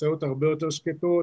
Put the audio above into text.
משאיות הרבה יותר שקטות,